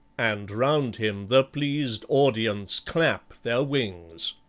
and round him the pleased audience clap their wings.